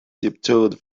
tiptoed